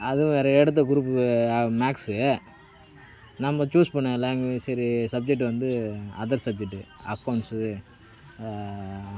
அதுவும் வேறு எடுத்த குரூப் மேக்ஸ் நம்ம சூஸ் பண்ணின லேங்வேஜ் சரி சப்ஜெக்ட் வந்து அதர் சப்ஜெக்ட் அக்கவுண்ட்ஸ்